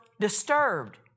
disturbed